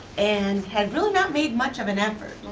and had really not made much of an effort.